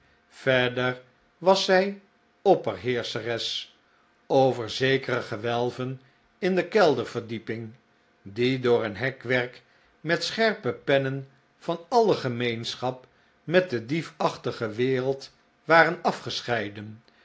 verder was zij opperheerscheres over zekere gewelven in de kelderverdieping die door een hekwerk met scherpe pennen van alle gemeenschap met de diefachtige wereld waren afgescheiden